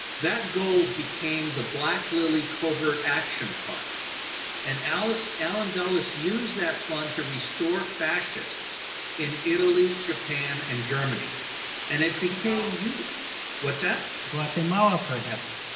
that gold became the black lilly covert action fund and allen allen dulles used that fund to restore fascists in italy, japan and germany and it became. what's that? guatemala perhaps?